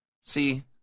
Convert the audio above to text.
See